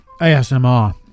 ASMR